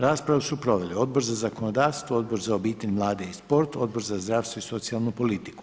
Raspravu su proveli Odbor za zakonodavstvo, Odbor za obitelj, mlade i sport, Odbor za zdravstvo i socijalnu politiku.